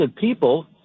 people